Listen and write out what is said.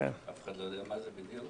אף אחד לא יודע מה זה בדיוק.